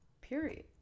period